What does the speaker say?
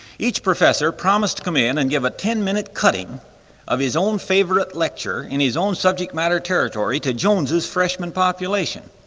each professor promised to come in and give a ten minute cutting of his own favorite lecture in his own subject matter territory to jones's freshmen population.